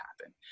happen